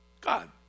god